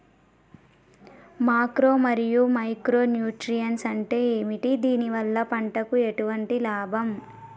Macro మరియు micro nutrients అంటే ఏమిటి? దీనివల్ల పంటకు ఎటువంటి లాభం?